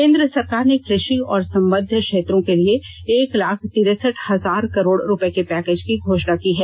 केंद्र सरकार ने कृषि और संबद्ध क्षेत्रों के लिए एक लाख तिरसठ हजार करोड रुपये के पैकेज की घोषणा की है